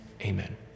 Amen